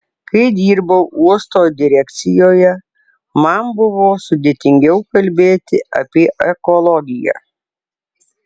kai dirbau uosto direkcijoje man buvo sudėtingiau kalbėti apie ekologiją